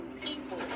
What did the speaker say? people